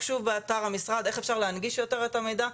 שוב באתר המשרד איך אפשר להנגיש יותר את המידע.